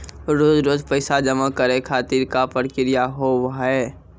रोज रोज पैसा जमा करे खातिर का प्रक्रिया होव हेय?